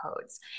codes